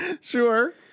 Sure